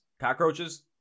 Cockroaches